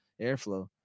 airflow